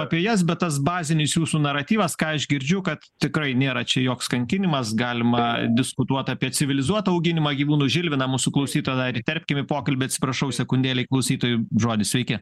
apie jas bet tas bazinis jūsų naratyvas ką aš girdžiu kad tikrai nėra čia joks kankinimas galima diskutuot apie civilizuotą auginimą gyvūnų žilviną mūsų klausytoją dar įterpkim į pokalbį atsiprašau sekundėlei klausytojų žodis sveiki